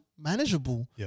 manageable